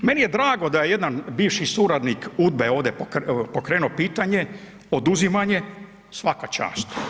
Meni je drago da je jedan bivši suradnik UDBA-e ovdje pokrenuo pitanje oduzimanje, svaka čast.